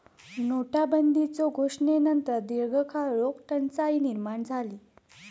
नोटाबंदीच्यो घोषणेनंतर दीर्घकाळ रोख टंचाई निर्माण झाली